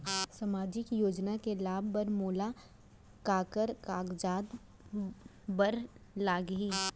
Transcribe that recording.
सामाजिक योजना के लाभ बर मोला काखर कागजात बर लागही?